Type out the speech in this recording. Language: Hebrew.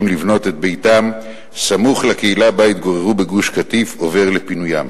לבנות את ביתם סמוך לקהילה שבה התגוררו בגוש-קטיף עובר לפינוים.